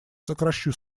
сокращу